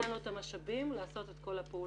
אין לנו את המשאבים לעשות את כל הפעולות